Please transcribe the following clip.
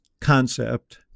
concept